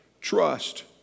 trust